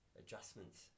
adjustments